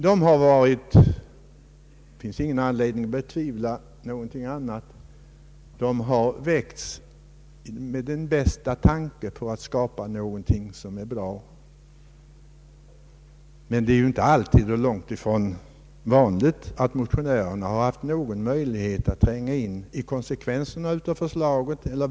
Det finns ingen anledning att betvivla att motionerna väckts med tanke på att skapa någonting som är bra, men det är långtifrån vanligt att motionärerna haft möjlighet att tränga in i verkningarna av förslaget.